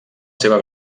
seva